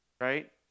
right